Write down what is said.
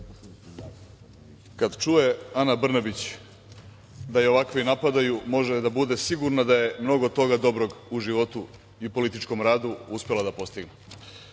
Kada čuje Ana Brnabić da je ovakvi napadaju, može da bude sigurna da je mnogo toga dobrog u životu i političkom radu uspela da postigne.